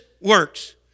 works